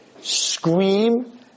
scream